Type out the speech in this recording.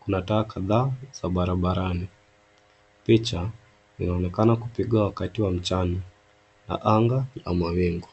kuna taa kadhaa za barabarani. Picha inaonekana kupigwa wakati wa mchana na anga la mawingu.